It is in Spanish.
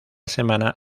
semana